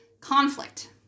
Conflict